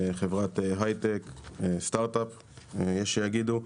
חברת הייטק סטארטאפ שיגידו.